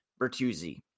Bertuzzi